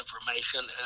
information